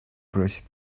просит